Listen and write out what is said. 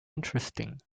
interesting